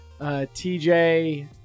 TJ